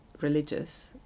religious